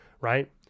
right